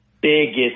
biggest